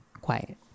quiet